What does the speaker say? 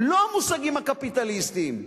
לא המושגים הקפיטליסטיים,